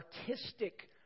artistic